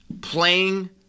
playing